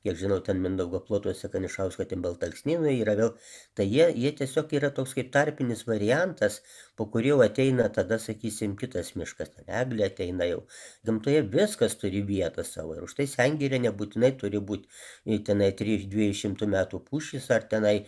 kiek žinau ta mindaugo plotuose kanišausko baltalksnynai yra vėl tai jie jie tiesiog yra toks kaip tarpinis variantas po kurių ateina tada sakysim kitas miškas ten eglė ateina jau gamtoje viskas turi vietą savo ir užtai sengirė nebūtinai turi būt i tenai tryš dviejų šimtų metų pušys ar tenai